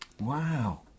Wow